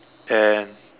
and